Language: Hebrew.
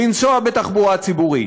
לנסוע בתחבורה ציבורית.